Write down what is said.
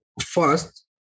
First